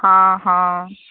हाँ हँ